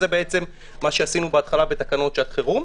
זה מה שעשינו בהתחלה בתקנות שעת חירום.